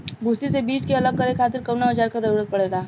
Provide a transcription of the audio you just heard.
भूसी से बीज के अलग करे खातिर कउना औजार क जरूरत पड़ेला?